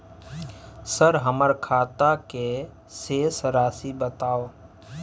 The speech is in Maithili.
सर हमर खाता के शेस राशि बताउ?